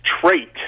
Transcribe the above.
trait